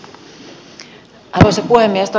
arvoisa puhemies